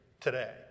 today